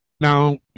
Now